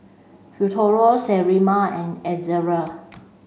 Futuro Sterimar and Ezerra